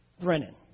Brennan